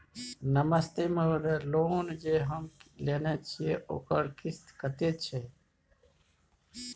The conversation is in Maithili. नमस्ते महोदय, लोन जे हम लेने छिये ओकर किस्त कत्ते छै?